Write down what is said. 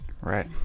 Right